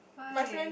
why